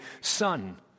son